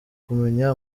kumenya